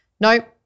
nope